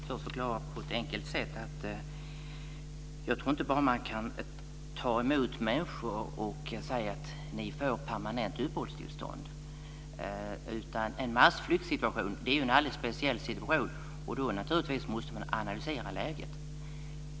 Fru talman! Jag ska först på ett enkel sätt förklara att jag inte tror att man bara kan ta emot människor och säga: Ni får permanent uppehållstillstånd. En massflyktsituation är en alldeles speciell situation. Då måste man naturligtvis analysera läget.